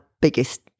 biggest